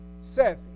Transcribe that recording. Seth